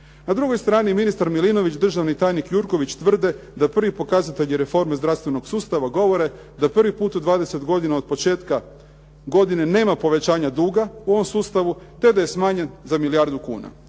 Na drugoj strani ministar Milinović, državni tajnik Jurković tvrde da privi pokazatelji reforme zdravstvenog sustava govore da prvi puta u 20 godina od početka godine nema povećanja duga u ovom sustavu, te da je smanjen za milijardu kuna.